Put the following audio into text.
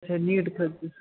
اَچھا نیٖٹ خٲطرٕ